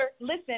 listen